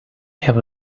have